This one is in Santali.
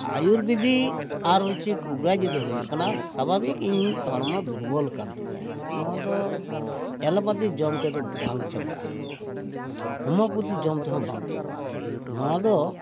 ᱟᱹᱭᱩᱨᱵᱮᱫᱤᱠ ᱟᱨ ᱦᱚᱪᱚ ᱠᱩᱵᱽᱨᱟᱡᱤ ᱫᱚ ᱦᱩᱭᱩᱜ ᱠᱟᱱᱟ ᱥᱟᱵᱷᱟᱵᱤᱠ ᱤᱧᱟᱹᱜ ᱦᱚᱲᱢᱚ ᱫᱩᱨᱵᱚᱞ ᱟᱠᱟᱱ ᱛᱤᱧᱟᱹ ᱱᱚᱣᱟ ᱫᱚ ᱮᱞᱳᱯᱟᱛᱷᱤ ᱡᱚᱢ ᱛᱮᱫᱚ ᱵᱟᱝ ᱪᱟᱵᱟᱜᱼᱟ ᱦᱳᱢᱤᱭᱳᱯᱟᱛᱤ ᱡᱚᱢ ᱛᱮᱦᱚᱸ ᱵᱟᱝ ᱪᱟᱵᱟᱜᱼᱟ ᱱᱚᱣᱟ ᱫᱚ